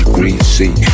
Greasy